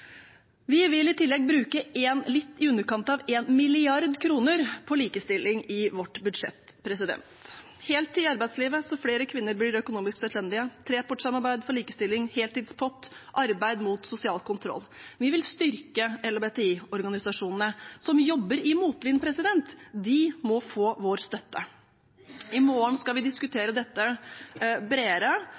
Vi vil i tillegg bruke litt i underkant av 1 mrd. kr på likestilling i vårt budsjett: heltid i arbeidslivet så flere kvinner blir økonomisk selvstendige, trepartssamarbeid for likestilling, heltidspott, arbeid mot sosial kontroll. Vi vil styrke LHBTI-organisasjonene, som jobber i motvind. De må få vår støtte. I morgen skal vi diskutere bredere,